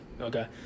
okay